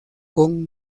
con